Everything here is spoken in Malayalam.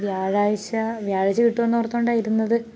ഈ വ്യാഴാഴ്ച്ച വ്യാഴാഴ്ച്ച കിട്ടുമെന്ന് ഓർത്തു കൊണ്ടാണ് ഇരുന്നത്